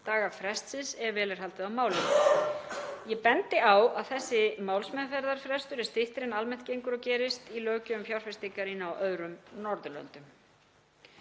daga frestsins ef vel er haldið á málum. Ég bendi á að þessi málsmeðferðarfrestur er styttri en almennt gengur og gerist í löggjöf um fjárfestingar á öðrum Norðurlöndum.